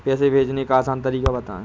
पैसे भेजने का आसान तरीका बताए?